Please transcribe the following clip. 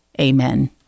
Amen